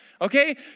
Okay